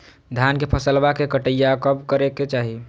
धान के फसलवा के कटाईया कब करे के चाही?